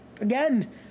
Again